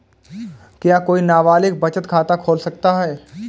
क्या कोई नाबालिग बचत खाता खोल सकता है?